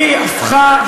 היא הפכה,